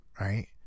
right